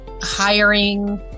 hiring